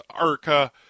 ARCA